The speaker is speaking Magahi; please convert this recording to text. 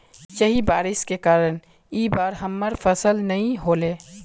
यही बारिश के कारण इ बार हमर फसल नय होले?